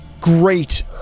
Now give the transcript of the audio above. great